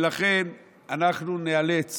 לכן, אנחנו ניאלץ